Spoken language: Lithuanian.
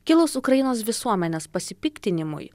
kilus ukrainos visuomenės pasipiktinimui